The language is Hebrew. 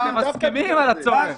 מסכימים על הצורך.